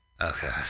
Okay